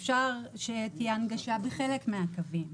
אפשר שתהיה הנגשה בחלק מן הקווים,